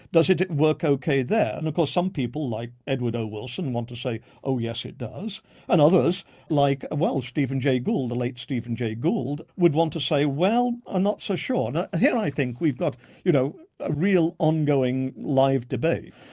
does it it work ok there? and of course some people like edward o wilson want to say oh yes, it does and other like, well, stephen jay gould, the late stephen jay gould, would want to say well, i'm not so sure. and here i think we've got you know a real ongoing live debate.